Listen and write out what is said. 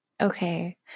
Okay